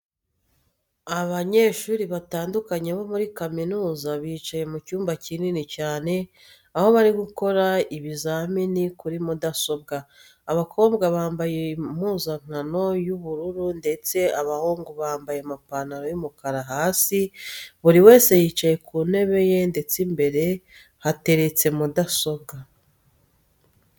Abanyeshuri batandukanye bo muri kaminuza bicaye mu cyumba kinini cyane aho bari gukora ibizamini kuri mudasobwa. Abakobwa bambaye impuzankano y'ubururu ndetse abahungu bo bamabye amapantaro y'umukara hasi. Buri wese yicaye ku ntebe ye ndetse imbere hateretse mudasobwa.